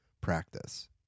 practice